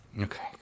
Okay